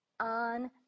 on